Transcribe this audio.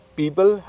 people